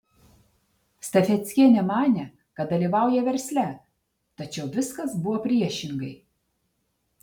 stafeckienė manė kad dalyvauja versle tačiau viskas buvo priešingai